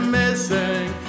missing